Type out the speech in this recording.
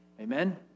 Amen